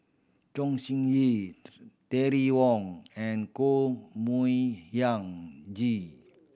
Chong Siew Ying Terry Wong and Koh Mui Hiang